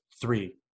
three